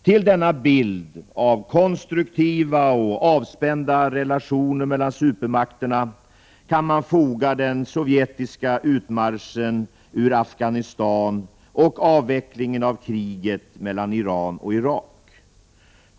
Till denna bild av konstruktiva och avspända relationer mellan supermakterna kan man foga den sovjetiska utmarschen ur Afghanistan och avvecklingen av kriget mellan Iran och Irak.